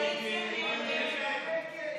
ההסתייגות